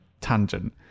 tangent